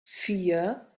vier